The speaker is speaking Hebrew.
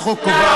הצעת החוק קובעת,